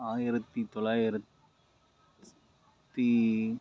ஆயிரத்தி தொள்ளாயிரத்தி